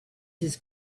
his